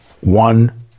one